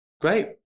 great